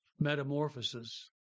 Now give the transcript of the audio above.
Metamorphosis